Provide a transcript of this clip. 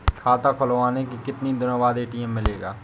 खाता खुलवाने के कितनी दिनो बाद ए.टी.एम मिलेगा?